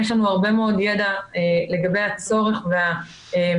יש לנו הרבה מאוד ידע לגבי הצורך והמאפיינים